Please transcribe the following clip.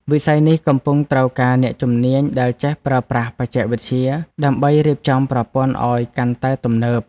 វិស័យនេះកំពុងត្រូវការអ្នកជំនាញដែលចេះប្រើប្រាស់បច្ចេកវិទ្យា ដើម្បីរៀបចំប្រព័ន្ធឱ្យកាន់តែទំនើប។